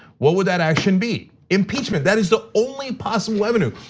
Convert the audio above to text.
what would that action be? impeachment, that is the only possible avenue.